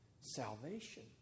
salvation